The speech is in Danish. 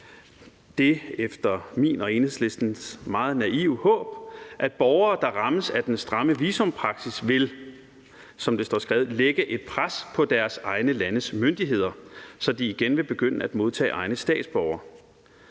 det efter min og Enhedslistens mening meget naive håb, at borgere, der rammes af den stramme visumpraksis, vil, som det står skrevet, lægge et pres på deres egne landes myndigheder, så de igen vil begynde at modtage egne statsborgere.